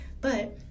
But